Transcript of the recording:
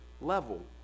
level